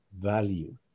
value